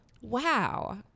Wow